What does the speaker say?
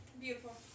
Beautiful